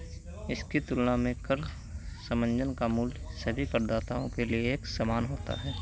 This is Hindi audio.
इसकी तुलना में कर समंजन का मूल्य सभी करदाताओं के लिए एक समान होता है